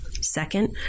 Second